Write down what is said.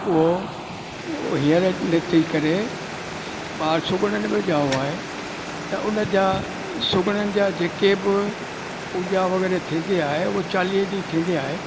उहो हींअर न थी करे ॿार सुगड़नि में ॼाओ आहे त उन जा सुगड़नि जा जेके बि पूॼा थींदी आहे उहा चालीह ॾींहं थींदी आहे